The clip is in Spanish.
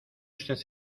usted